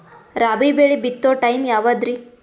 ರಾಬಿ ಬೆಳಿ ಬಿತ್ತೋ ಟೈಮ್ ಯಾವದ್ರಿ?